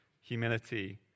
humility